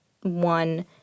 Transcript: one